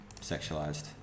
sexualized